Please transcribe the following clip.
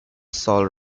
soul